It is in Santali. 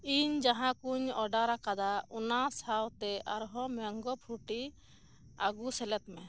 ᱤᱧ ᱡᱟᱦᱟᱸ ᱠᱚᱧ ᱚᱰᱟᱨ ᱟᱠᱟᱫᱟ ᱚᱱᱟ ᱥᱟᱶᱛᱮ ᱟᱨᱦᱚᱸ ᱢᱮᱝᱜᱳ ᱯᱷᱨᱩᱴᱤ ᱟᱹᱜᱩ ᱥᱮᱞᱮᱫ ᱢᱮ